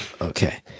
Okay